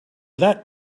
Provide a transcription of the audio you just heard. that